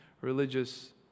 religious